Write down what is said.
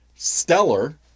stellar